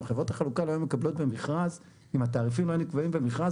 חברות החלוקה לא היו מקבלות במכרז אם התעריפים לא היו נקבעים במכרז.